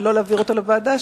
ולא להעביר אותו לוועדה,